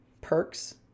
Perks